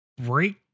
break